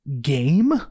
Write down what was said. game